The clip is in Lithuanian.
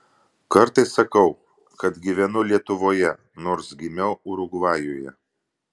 kartais sakau kad gyvenu lietuvoje nors gimiau urugvajuje